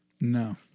No